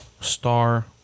star